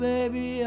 Baby